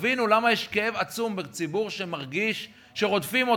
תבינו למה יש כאב עצום בציבור שמרגיש שרודפים אותו,